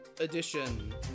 edition